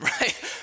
right